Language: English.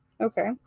Okay